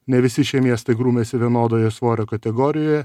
ne visi šie miestai grūmėsi vienodoje svorio kategorijoje